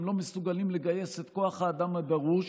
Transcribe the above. הם לא מסוגלים לגייס את כוח האדם הדרוש